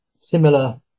similar